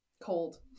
cold